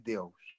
Deus